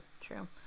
true